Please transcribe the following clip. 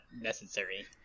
necessary